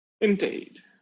Indeed